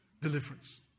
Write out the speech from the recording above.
Deliverance